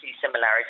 similarities